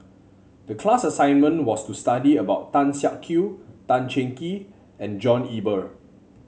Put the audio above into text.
the class assignment was to study about Tan Siak Kew Tan Cheng Kee and John Eber